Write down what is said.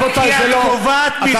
רבותי, זה לא, כי את קובעת מכסות.